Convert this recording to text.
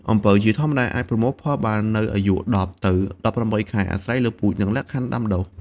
អំពៅជាធម្មតាអាចប្រមូលផលបាននៅអាយុ ១០ ទៅ ១៨ ខែ អាស្រ័យលើពូជ និងលក្ខខណ្ឌដាំដុះ។